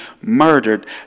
murdered